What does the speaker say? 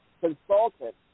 consultant